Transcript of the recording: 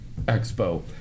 Expo